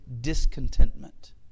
discontentment